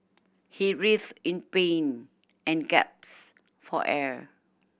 he writhed in pain and gasped for air